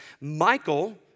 Michael